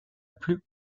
plus